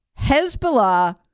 Hezbollah